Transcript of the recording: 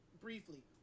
briefly